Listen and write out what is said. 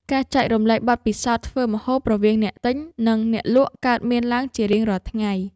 ការចែករំលែកបទពិសោធន៍ធ្វើម្ហូបរវាងអ្នកទិញ និងអ្នកលក់កើតមានឡើងជារៀងរាល់ថ្ងៃ។